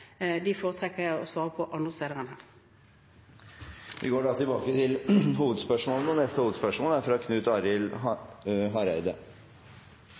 jeg å gi svar om andre steder enn her. Vi går da til neste hovedspørsmål.